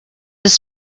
this